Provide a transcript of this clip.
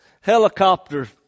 helicopter